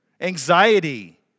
anxiety